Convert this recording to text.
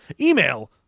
email